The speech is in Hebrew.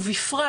ובפרט,